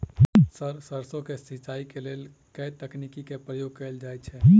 Sir सैरसो केँ सिचाई केँ लेल केँ तकनीक केँ प्रयोग कैल जाएँ छैय?